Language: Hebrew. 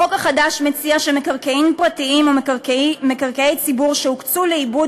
החוק החדש מציע שמקרקעין פרטיים או מקרקעי ציבור שהוקצו לעיבוד